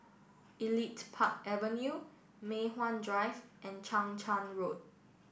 Elite Park Avenue Mei Hwan Drive and Chang Charn Road